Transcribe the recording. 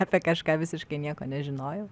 apie kažką visiškai nieko nežinojau